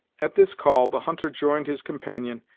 at this call the hunter joined his companion,